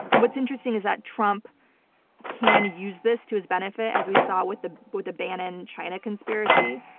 what's interesting is that trump can use this to his benefit as we saw with the with the bannon china conspiracy.